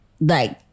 like-